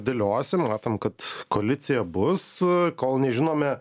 dėliojasi matom kad koalicija bus kol nežinome